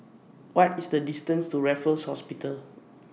What IS The distance to Raffles Hospital